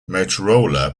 motorola